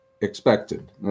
expected